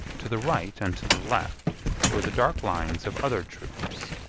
to the right and to the left were the dark lines of other troops.